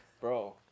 Bro